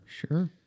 Sure